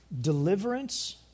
deliverance